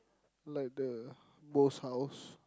like the Bose house